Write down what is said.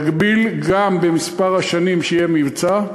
נגביל גם במספר השנים שיהיה מבצע,